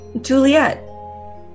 Juliet